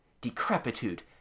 decrepitude